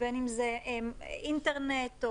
או אינטרנט,